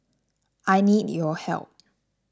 I need your help